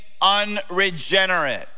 unregenerate